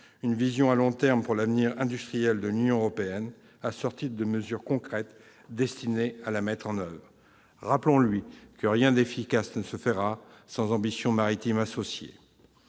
une vision à long terme pour l'avenir industriel de l'Union européenne, assortie de mesures concrètes destinées à la mettre en oeuvre. Rappelons-lui que rien d'efficace ne se fera sans ambition maritime associée.